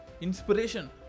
inspiration